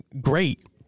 Great